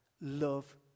love